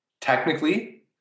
Technically